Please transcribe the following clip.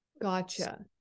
Gotcha